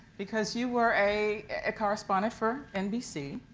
because you were a correspondent for nbc.